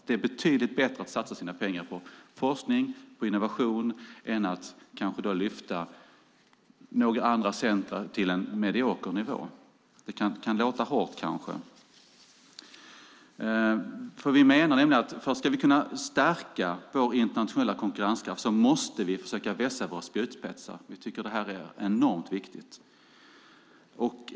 Det är betydligt bättre att satsa sina pengar på forskning och innovation än att kanske lyfta andra centrum upp till en medioker nivå. Det kan kanske låta hårt, men ska vi kunna stärka vår internationella konkurrenskraft måste vi försöka vässa våra spjutspetsar. Vi tycker att det är enormt viktigt.